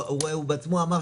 הוא בעצמו אמר